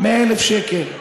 100,000 שקל.